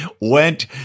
went